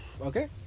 Okay